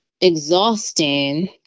exhausting